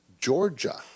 Georgia